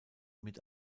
mit